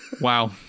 Wow